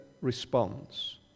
responds